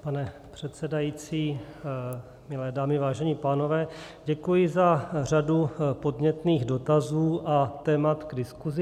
Pane předsedající, milé dámy, vážení pánové, děkuji za řadu podnětných dotazů a témat k diskuzi.